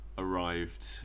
Arrived